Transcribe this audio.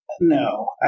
No